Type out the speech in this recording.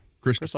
Chris